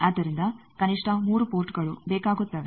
ಆದ್ದರಿಂದ ಕನಿಷ್ಠ 3 ಪೋರ್ಟ್ಗಳು ಬೇಕಾಗುತ್ತವೆ